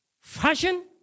fashion